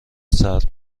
سرد